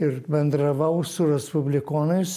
ir bendravau su respublikonais